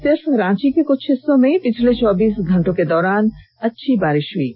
सिर्फ रांची के कुछ हिस्सों में पिछले चौबीस घंटों के दौरान अच्छी बारिश हुई है